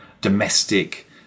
domestic